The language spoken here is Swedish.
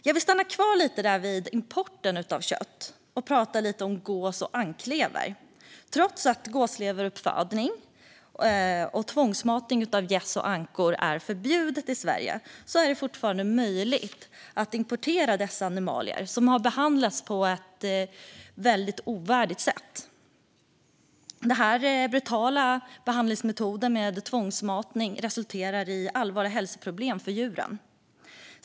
Jag vill stanna kvar vid importen av kött och prata lite om gås och anklever. Trots att gåsleverproduktion och tvångsmatning av gäss och ankor är förbjudet i Sverige är det fortfarande möjligt att importera dessa animalier från djur som har behandlats på ett väldigt ovärdigt sätt. Denna brutala behandling med tvångsmatning resulterar i allvarliga hälsoproblem för djuren.